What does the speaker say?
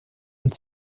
und